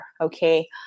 Okay